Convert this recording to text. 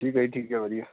ਠੀਕ ਹੈ ਜੀ ਠੀਕ ਹੈ ਵਧੀਆ